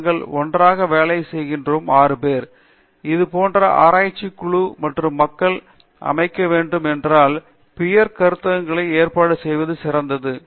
நாங்கள் ஒன்றாக வேலை செய்கின்ற 6 பேர் இது போன்ற ஆராய்ச்சி குழு மக்கள் அமைக்க வேண்டும் என்றால் பியர் கருத்தரங்குகளை ஏற்பாடு செய்வதே சிறந்தது